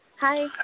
Hi